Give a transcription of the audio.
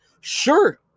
Sure